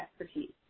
expertise